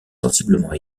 sensiblement